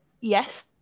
yes